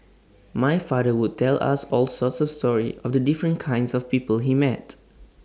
my father would tell us all sorts of stories of the different kinds of people he met